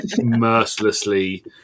mercilessly